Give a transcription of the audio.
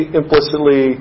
implicitly